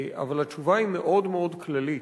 התשובה היא מאוד מאוד כללית.